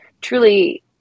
truly